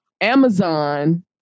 Amazon